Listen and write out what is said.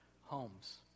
homes